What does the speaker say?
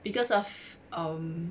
because of um